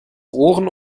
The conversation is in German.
ohren